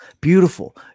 beautiful